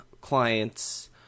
clients